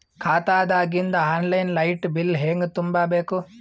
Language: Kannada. ಖಾತಾದಾಗಿಂದ ಆನ್ ಲೈನ್ ಲೈಟ್ ಬಿಲ್ ಹೇಂಗ ತುಂಬಾ ಬೇಕು?